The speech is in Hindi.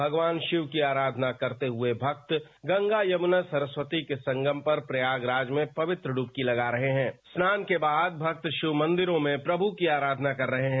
भगवान शिव की आराधना करते हुए भक्त गंगा यमुना सरस्वती के संगम पर प्रयागराज में पवित्र डुबकी लगा रहे हैं स्नान के बाद भक्त शिव मंदिरो में प्रभु की आराधना कर रहे हैं